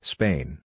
Spain